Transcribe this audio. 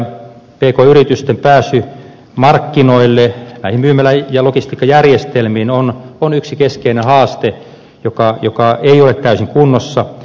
pk yritysten pääsy markkinoille näihin myymälä ja logistiikkajärjestelmiin on yksi keskeinen haaste joka ei ole täysin kunnossa